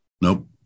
Nope